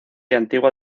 antigua